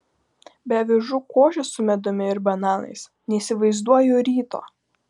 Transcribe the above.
be avižų košės su medumi ir bananais neįsivaizduoju ryto